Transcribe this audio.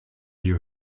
you